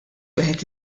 wieħed